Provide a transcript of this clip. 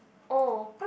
oh